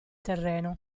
terreno